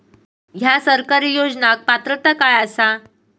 हया सरकारी योजनाक पात्रता काय आसा?